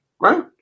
Right